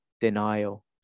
denial